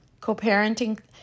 co-parenting